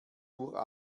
uhr